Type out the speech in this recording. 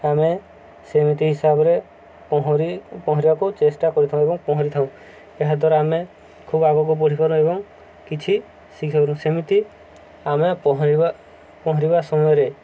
ଆମେ ସେମିତି ହିସାବରେ ପହଁରି ପହଁରିବାକୁ ଚେଷ୍ଟା କରିଥାଉ ଏବଂ ପହଁରିଥାଉ ଏହାଦ୍ୱାରା ଆମେ ଖୁବ୍ ଆଗକୁ ବଢ଼ିପାରୁ ଏବଂ କିଛି ଶିଖିପାରୁ ସେମିତି ଆମେ ପହଁରିବା ପହଁରିବା ସମୟରେ